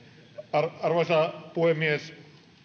arvoisa puhemies